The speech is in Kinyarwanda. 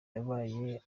yabaye